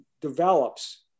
develops